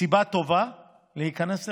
סיבה טובה להיכנס להיריון,